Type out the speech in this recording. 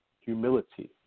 humility